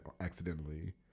accidentally